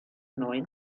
neuen